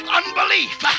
unbelief